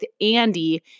Andy